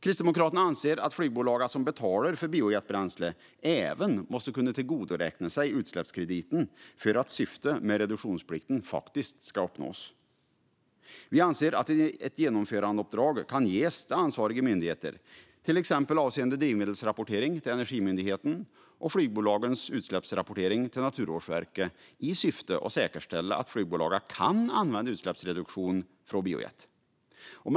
Kristdemokraterna anser att flygbolag som betalar för biojetbränslet även ska kunna tillgodoräkna sig utsläppskrediten för att syftet med reduktionsplikten ska uppnås. Vi anser att ett genomförandeuppdrag kan ges till ansvariga myndigheter, till exempel avseende drivmedelsrapportering till Energimyndigheten och flygbolagens utsläppsrapportering till Naturvårdsverket i syfte att säkerställa att flygbolagen kan använda utsläppsreduktionen från biojetbränslet.